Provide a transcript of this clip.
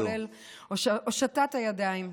כולל הושטת הידיים.